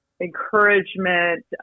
encouragement